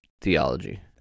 theology